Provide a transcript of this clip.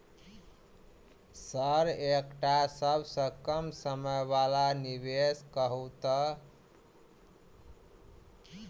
Sir एकटा सबसँ कम समय वला निवेश कहु तऽ?